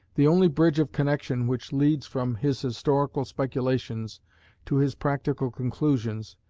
the only bridge of connexion which leads from his historical speculations to his practical conclusions,